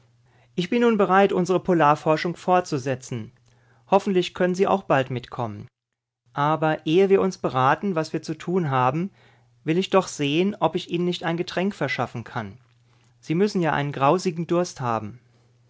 ich bin nun bereit unsere polarforschung fortzusetzen hoffentlich können sie auch bald mitkommen aber ehe wir uns beraten was wir zu tun haben will ich doch sehen ob ich ihnen nicht ein getränk verschaffen kann sie müssen ja einen grausigen durst haben